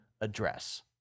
Address